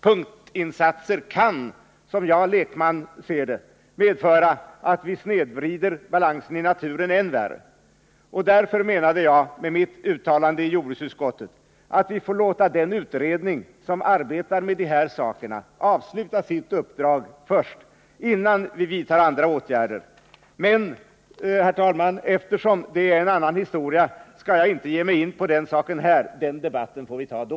Punktinsatser kan, som jag som lekman ser det, medföra att vi snedvrider balansen i naturen än värre. Därför menade jag med mitt uttalande i jordbruksutskottet att vi får låta den utredning som arbetar med de här sakerna avsluta sitt uppdrag först, innan vi vidtar andra åtgärder. Men eftersom det är en annan historia, skall jag inte ge mig in på den saken här — den debatten får vi ta då.